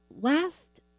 last